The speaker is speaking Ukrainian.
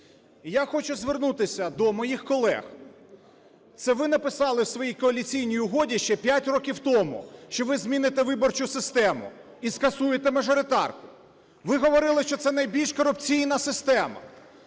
я хочу звернутися до моїх колег. Це ви написали в своїй Коаліційній угоді ще 5 років тому, що ви зміните виборчу систему і скасуєте мажоритарку. Ви говорили, що це найбільш корупційна система.